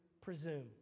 presume